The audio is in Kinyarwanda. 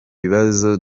bibazo